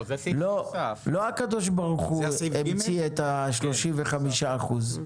לא הקדוש ברוך הוא הציע את ה-35 אחוזים.